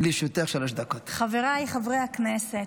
חברי הכנסת,